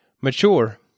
mature